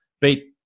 beat